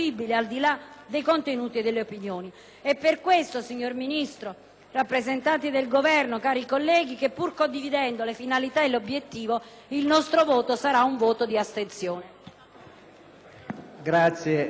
rappresentanti del Governo, cari colleghi, che pur condividendo le finalità e l'obiettivo il nostro sarà un voto di astensione.